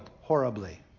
horribly